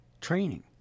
training